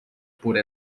por